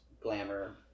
glamour